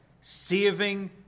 Saving